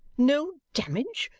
no damage?